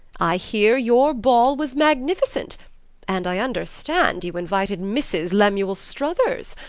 i hear your ball was magnificent and i understand you invited mrs. lemuel struthers?